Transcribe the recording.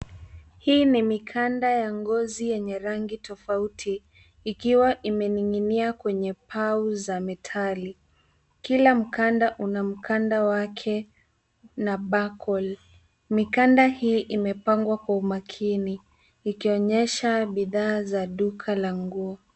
Hii ni mikanda ya ngozi yenye rangi tofauti, ikiwa imening'inia kwenye pau za metali. Kila mkanda una mkanda wake na bakoli. Mikanda hii imepangwa kwa umakini, ikionyesha bidhaa za duka la nguo.